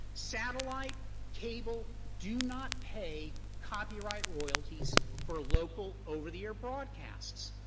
satellite, cable, do not pay copyright royalties for local over-the-air broadcasts.